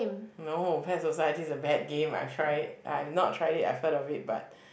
no Pet Society is a bad game I've tried it no I've not tried it I've heard of it but